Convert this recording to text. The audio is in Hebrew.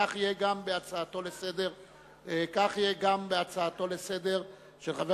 כך יהיה גם בהצעתו לסדר-היום של חבר